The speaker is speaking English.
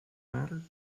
matter